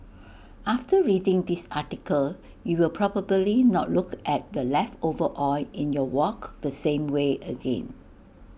after reading this article you will probably not look at the leftover oil in your wok the same way again